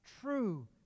true